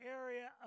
area